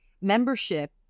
membership